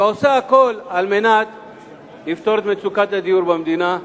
ועושה הכול כדי לפתור את מצוקת הדיור במדינה,